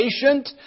patient